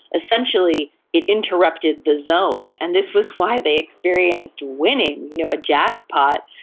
essentially it interrupted the zone and this was why they experienced winning, you know a jackpot,